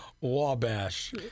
Wabash